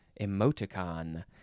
Emoticon